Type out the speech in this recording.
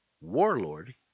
Warlord